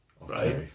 Right